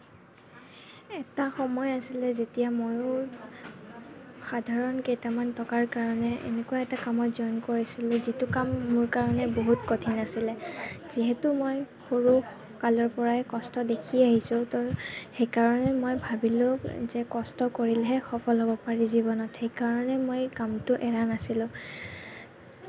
এটা সময় আছিলে যেতিয়া ময়ো সাধাৰণ কেইটামান টকাৰ কাৰণে এনেকুৱা এটা কামত জইন কৰিছিলোঁ যিটো কাম মোৰ কাৰণে বহুত কঠিন আছিলে যিহেতু মই সৰুকালৰ পৰাই কষ্ট দেখি আহিছোঁ তো সেইকাৰণে মই ভাবিলোঁ যে কষ্ট কৰিলেহে সফল হ'ব পাৰি জীৱনত সেইকাৰণে মই কামটো এৰা নাছিলোঁ